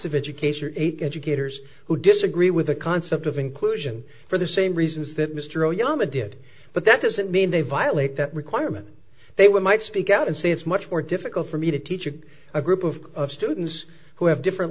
of education eight educators who disagree with the concept of inclusion for the same reasons that mr oyama did but that doesn't mean they violate that requirement they would might speak out and say it's much more difficult for me to teach a group of students who have different